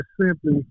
simply